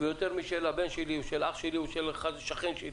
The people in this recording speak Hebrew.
יותר מהבן שלי או של אח שלי או של שכן שלי.